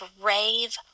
brave